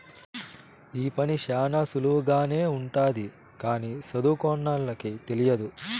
ఈ పని శ్యానా సులువుగానే ఉంటది కానీ సదువుకోనోళ్ళకి తెలియదు